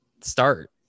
start